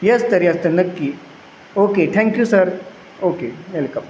yes sir yes sir नक्की okay thank you sir okay welcome